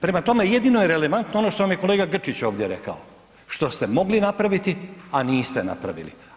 Prema tome jedino je relevantno ono što vam je kolega Grčić ovdje rekao, što ste napraviti, a niste napravili.